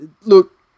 Look